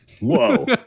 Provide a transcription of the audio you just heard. Whoa